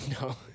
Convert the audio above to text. No